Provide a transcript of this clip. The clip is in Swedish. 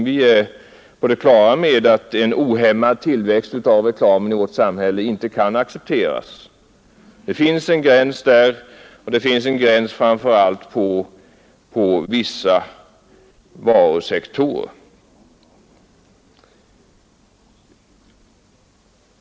Vi är på det klara med att en ohämmad tillväxt av reklamen i vårt samhälle inte kan accepteras. Det finns en gräns där, och det finns en gräns framför allt beträffande vissa varusektorer.